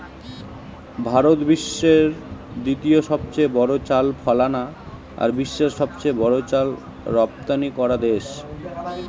ভারত বিশ্বের দ্বিতীয় সবচেয়ে বড় চাল ফলানা আর বিশ্বের সবচেয়ে বড় চাল রপ্তানিকরা দেশ